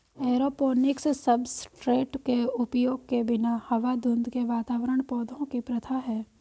aeroponics substrate के उपयोग के बिना हवा धुंध के वातावरण पौधों की प्रथा है